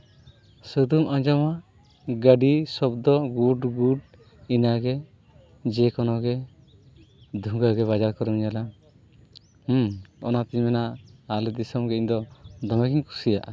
ᱥᱩᱫᱩᱢ ᱟᱸᱡᱚᱢᱟ ᱜᱟᱹᱰᱤ ᱥᱚᱵᱫᱚ ᱜᱩᱰᱼᱜᱩᱰ ᱤᱱᱟᱹᱜᱮ ᱡᱮᱠᱳᱱᱳ ᱨᱮ ᱫᱩᱝᱜᱟᱹ ᱜᱮ ᱵᱟᱡᱟᱨ ᱠᱚᱨᱮᱢ ᱧᱮᱞᱟ ᱦᱩᱸ ᱚᱱᱟᱛᱤᱧ ᱢᱮᱱᱟ ᱟᱞᱮ ᱫᱤᱥᱚᱢ ᱜᱮ ᱤᱧ ᱫᱚ ᱫᱚᱢᱮᱜᱤᱧ ᱠᱩᱥᱤᱭᱟᱜᱼᱟ